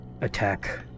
attack